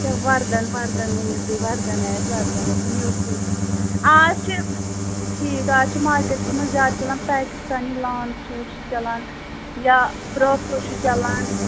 اَچھا وَردَن وَردَن ؤنِو تُہۍ وَردَن آسہِ وَردَن نِیو سوٗٹ اَز چھِ ٹھیٖک اَز چھِ مارکیٹَس منٛز زیادٕ چَلان پاکِستانی لان سوٗٹ چھِ چَلان یا برٛاسوٗ چھُ چلان